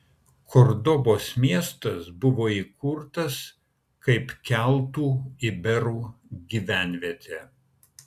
kordobos miestas buvo įkurtas kaip keltų iberų gyvenvietė